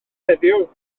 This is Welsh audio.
heddiw